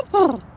oh,